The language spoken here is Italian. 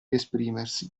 esprimersi